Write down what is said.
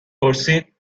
پرسید